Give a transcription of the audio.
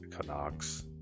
Canucks